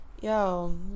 yo